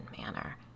manner